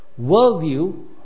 worldview